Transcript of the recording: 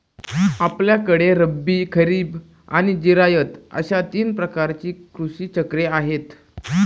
आपल्याकडे रब्बी, खरीब आणि जिरायत अशी तीन प्रकारची कृषी चक्रे आहेत